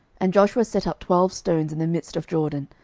and joshua set up twelve stones in the midst of jordan,